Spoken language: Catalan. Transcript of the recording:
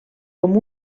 com